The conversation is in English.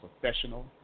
professional